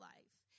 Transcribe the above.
Life